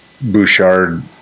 Bouchard